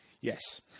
Yes